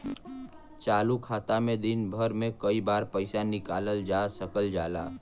चालू खाता में दिन भर में कई बार पइसा निकालल जा सकल जाला